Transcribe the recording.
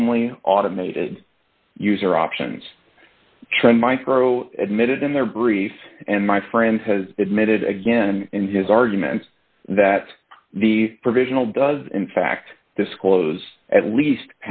only automated user options trend micro admitted in their briefs and my friend has admitted again in his argument that the provisional does in fact disclose at least